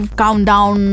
countdown